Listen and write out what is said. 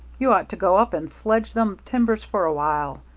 you ought to go up and sledge them timbers for a while.